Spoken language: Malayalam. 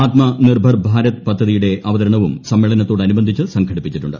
ആത്മ നിർഭർ ഭാരത് പദ്ധതിയുടെ അവതരണവും സമ്മേളനത്തോടനുബന്ധിച്ച് സംഘടിപ്പിച്ചിട്ടുണ്ട്